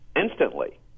instantly